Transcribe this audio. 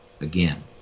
again